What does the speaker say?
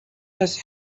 است